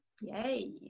Yay